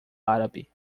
árabe